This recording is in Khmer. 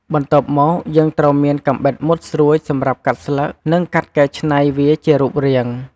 បន្ទាប់មក យើងត្រូវមានកាំបិតមុតស្រួចសម្រាប់កាត់ស្លឹក និងកាត់កែឆ្នៃវាជារូបរាង។